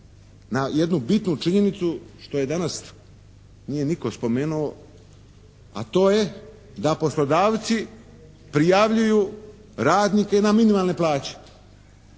na jednu bitnu činjenicu što je danas nije nitko spomenuo, a to je da poslodavci prijavljuju radnike na minimalne plaće.